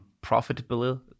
profitable